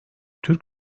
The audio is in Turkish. türk